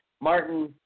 martin